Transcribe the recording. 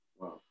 Wow